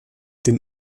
den